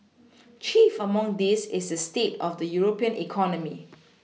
chief among these is the state of the European economy